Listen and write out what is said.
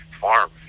farm